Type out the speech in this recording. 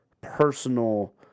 personal